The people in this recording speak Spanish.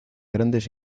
grandes